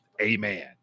Amen